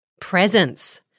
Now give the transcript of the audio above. Presence